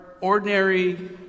ordinary